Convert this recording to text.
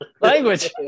Language